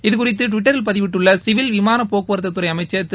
இது குறித்து ட்விட்டரில் பதிவிட்டுள்ள சிவில் விமான போக்குவரத்துத் துறை அமைச்சர் திரு